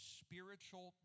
spiritual